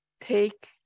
Take